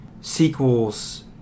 sequels